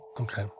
Okay